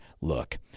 Look